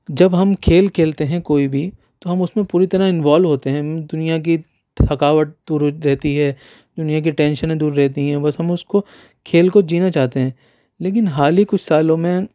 جب ہم کھیل کھیلتے ہیں کوئی بھی تو ہم اس میں پوری طرح انوالو ہوتے ہیں دنیا کی تھکاوٹ دور رہتی ہے دنیا کی ٹینشنیں دور رہتی ہیں بس ہم اس کو کھیل کو جینا چاہتے ہیں لیکن حال ہی کچھ سالوں میں